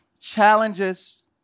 challenges